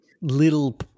little